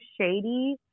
shady